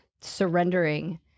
surrendering